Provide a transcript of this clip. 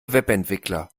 webentwickler